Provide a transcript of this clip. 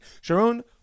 Sharon